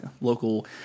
local